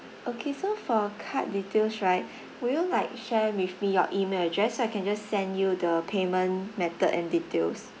okay so for card details right would you like share with me your email address so I can just send you the payment method and details